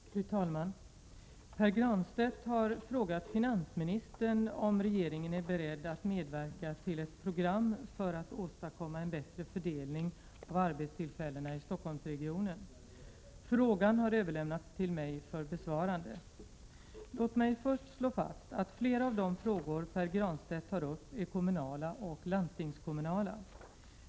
Fru talman! Pär Granstedt har frågat finansministern om regeringen är beredd att medverka till ett program för att åstadkomma en bättre fördelning av arbetstillfällena i Stockholmsregionen. Frågan har överlämnats till mig för besvarande. Låt mig först slå fast att flera av de frågor Pär Granstedt tar upp är kommunala och landstingskommunala.